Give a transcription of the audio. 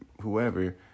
whoever